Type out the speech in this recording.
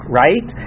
right